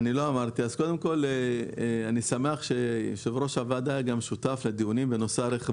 אני שמח שיושב ראש הוועדה שותף לדיונים בנושא הרכב